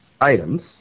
items